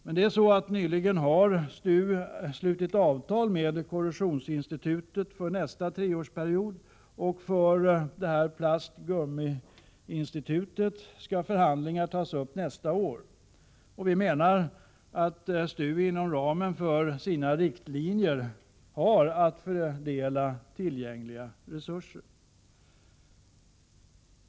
STU har emellertid nyligen slutit avtal med Korrosionsinstitutet för nästa treårsperiod, och beträffande Plastoch Gummitekniska Institutet skall förhandlingar tas upp nästa år. Därför menar vi att STU inom ramen för sina riktlinjer har att fördela tillgängliga resurser.